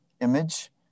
image